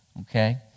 Okay